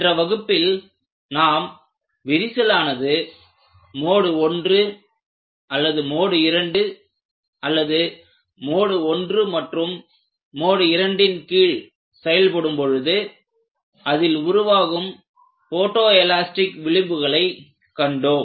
சென்ற வகுப்பில் நாம் விரிசலானது மோடு 1 அல்லது மோடு 2 அல்லது மோடு 1 மற்றும் மோடு 2 ன் கீழ் செயல்படும் பொழுது அதில் உருவாகும் போட்டோ எலாஸ்டிக் விளிம்புகளை கண்டோம்